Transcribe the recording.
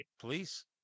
Please